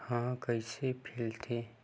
ह कइसे फैलथे?